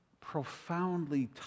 profoundly